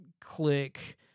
click